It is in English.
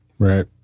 Right